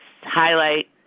highlight